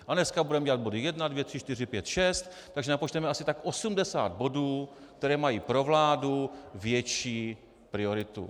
A dneska budeme dělat body 1, 2, 3, 4, 5, 6, takže napočteme asi 80 bodů, které mají pro vládu větší prioritu.